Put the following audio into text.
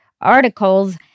articles